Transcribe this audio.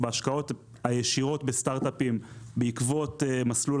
בהשקעות הישירות בסטארטאפים בעקבות מסלול